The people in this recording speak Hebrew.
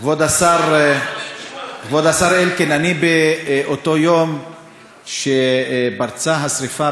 כבוד השר אלקין, באותו יום שפרצה השרפה